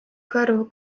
kõrvu